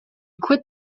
quit